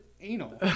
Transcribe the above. anal